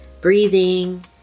breathing